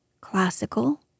classical